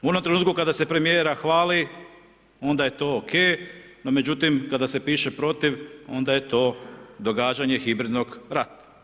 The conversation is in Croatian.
U onom trenutku kada se premijera hvali onda je to ok, no međutim kada se piše protiv onda je to događanje hibridnog rata.